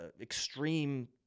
extreme